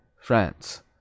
France